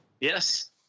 Yes